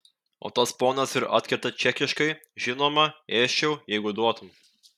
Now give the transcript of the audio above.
o tas ponas ir atkerta čekiškai žinoma ėsčiau jeigu duotum